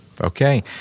Okay